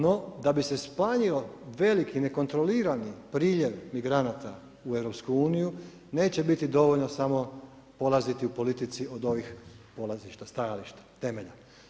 No, da bi se smanjio veliki nekontrolirani priljev migranata u EU neće biti dovoljno samo polaziti u politici od ovih polazišta, stajališta, temelja.